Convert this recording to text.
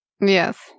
yes